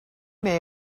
may